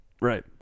right